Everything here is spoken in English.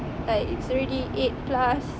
like it's already eight plus